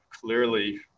clearly